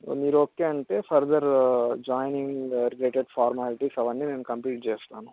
మీరు ఓకే అంటే further joining related formalities అవన్నీ నేను కంప్లీట్ చేస్తాను